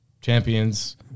champions